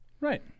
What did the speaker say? Right